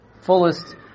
fullest